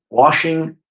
washing,